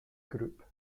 group